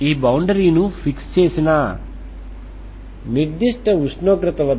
కాబట్టి మీరు మరో స్టెప్ Tt2TXxXx అని వ్రాయగలరు